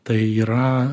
tai yra